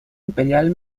imperial